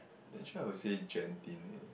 actually I would say Genting eh